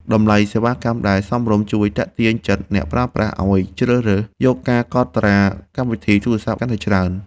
តម្លៃសេវាកម្មដែលសមរម្យជួយទាក់ទាញចិត្តអ្នកប្រើប្រាស់ឱ្យជ្រើសរើសយកការកក់តាមកម្មវិធីទូរស័ព្ទកាន់តែច្រើន។